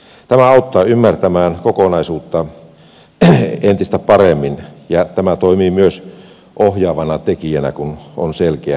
tämä auttaa ymmärtämään kokonaisuutta entistä paremmin ja tämä toimii myös ohjaavana tekijänä kun on selkeät periaatteet